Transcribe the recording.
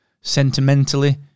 Sentimentally